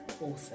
awesome